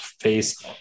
face